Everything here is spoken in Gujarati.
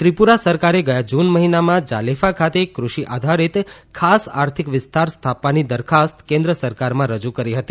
ત્રિપુરા સરકારે ગયા જૂન મહિનામાં જાલેફા ખાતે કૃષિ આધારીત ખાસ આર્થિક વિસ્તાર સ્થાપવાની દરખાસ્ત કેન્દ્ર સરકારમાં રજુ કરી હતી